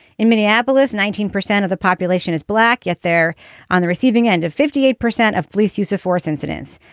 in minneapolis, nineteen percent of the population is black. yet they're on the receiving end of fifty eight percent of police use of force incidents.